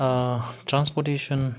transportation